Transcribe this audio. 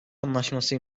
anlaşması